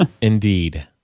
indeed